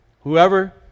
Whoever